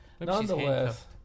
Nonetheless